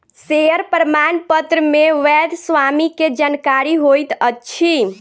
share प्रमाणपत्र मे वैध स्वामी के जानकारी होइत अछि